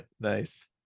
nice